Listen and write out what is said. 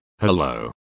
hello